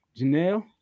Janelle